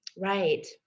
Right